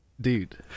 Dude